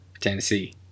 Tennessee